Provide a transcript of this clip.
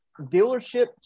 dealership